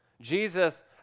Jesus